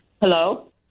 hello